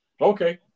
Okay